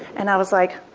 and i was like,